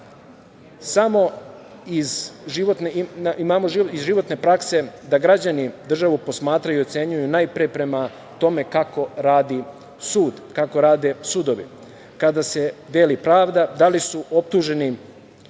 Jer, imamo iz životne prakse da građani državu posmatraju i ocenjuju najpre prema tome kako radi sud, kako rade sudovi, kada se deli pravda da li su osuđeni